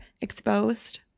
exposed